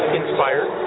inspired